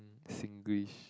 Singlish